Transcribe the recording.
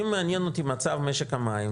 אם מעניין אותי מצב משק המים,